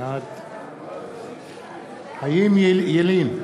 בעד חיים ילין,